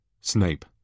Snape